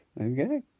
okay